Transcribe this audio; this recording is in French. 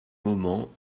moments